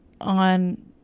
on